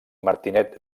martinet